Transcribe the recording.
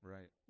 Right